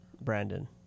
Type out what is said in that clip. Brandon